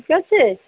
ঠিক আছে